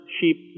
sheep